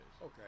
Okay